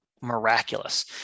miraculous